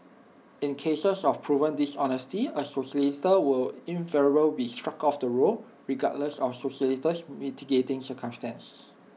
in cases of proven dishonesty A solicitor will invariably be struck off the roll regardless of the solicitor's mitigating circumstances